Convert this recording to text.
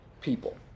people